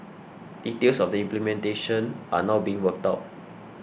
details of the implementation are now being worked out